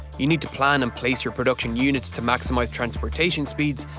you need to plan and place your production units to maximize transportation speeds,